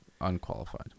Unqualified